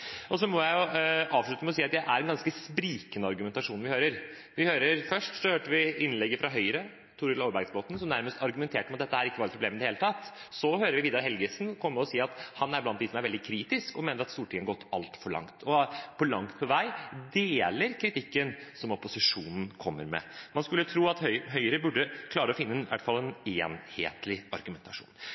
Jeg må avslutte med å si at det er en ganske sprikende argumentasjon vi hører. Først hørte vi innlegget fra Høyre, Torhild Aarbergsbotten, som nærmest argumenterte med at dette ikke var et problem i det hele tatt. Så hørte vi Vidar Helgesen komme og si at han er blant dem som er veldig kritiske og mener at Stortinget har gått altfor langt, og at han langt på vei deler kritikken som opposisjonen kommer med. Man skulle tro at Høyre burde klare å finne i hvert fall en enhetlig argumentasjon.